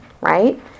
right